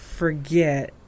Forget